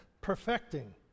perfecting